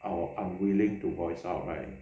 or unwilling to voice out